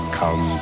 come